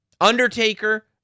Undertaker